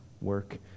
work